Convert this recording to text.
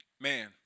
Man